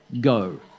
go